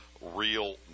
real